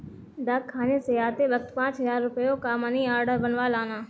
डाकखाने से आते वक्त पाँच हजार रुपयों का मनी आर्डर बनवा लाना